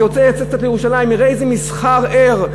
מי שרוצה לצאת קצת לירושלים יראה איזה מסחר ער,